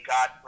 God